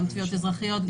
גם תביעות אזרחיות,